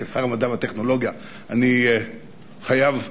כשר המדע והטכנולוגיה אני חייב להידרש.